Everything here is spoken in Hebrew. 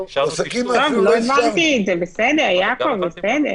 שני מטר אתמול המשטרה